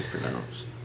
pronounce